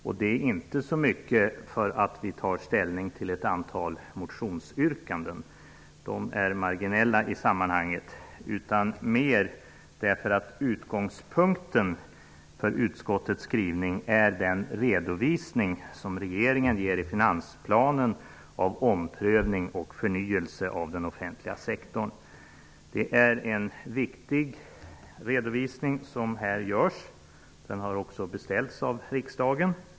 Det beror inte på att vi har att ta ställning till ett antal motionsyrkanden -- de är marginella i sammanhanget -- utan därför att utgångspunkten för utskottets skrivning är den redovisning som regeringen ger i finansplanen av omprövning och förnyelse av den offentliga sektorn. Det är en viktig redovisning som här görs, en redovisning som beställts av riksdagen.